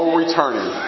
returning